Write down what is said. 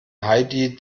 heidi